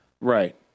Right